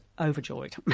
overjoyed